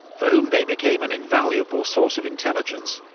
for whom they became an invaluable source of intelligence.